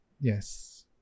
Yes